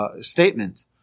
statement